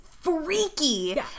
freaky